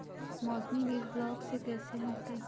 मौसमी बीज ब्लॉक से कैसे मिलताई?